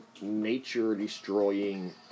nature-destroying